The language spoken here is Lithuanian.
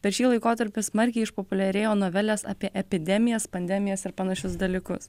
per šį laikotarpį smarkiai išpopuliarėjo novelės apie epidemijas pandemijas ir panašius dalykus